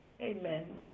Amen